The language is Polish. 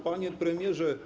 Panie Premierze!